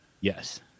yes